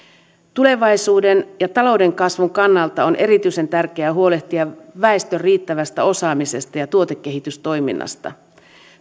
tulevaisuuden ja talouden kasvun kannalta on erityisen tärkeää huolehtia väestön riittävästä osaamisesta ja tuotekehitystoiminnasta